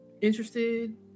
interested